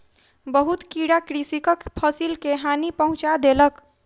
बहुत कीड़ा कृषकक फसिल के हानि पहुँचा देलक